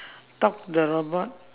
talk the robot